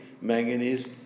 manganese